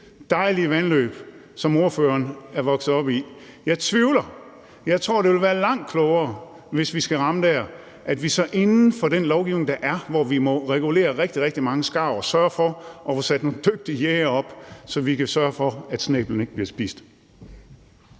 dejlige vandløb, som ordføreren er vokset op ved? Jeg tvivler. Jeg tror, det vil være langt klogere, hvis vi skal ramme der, at vi så inden for den lovgivning, der er, hvor vi må regulere rigtig, rigtig mange skarver, sørger for at få sat nogle dygtige jægere ind, så vi kan sørge for, at snæblen ikke bliver spist.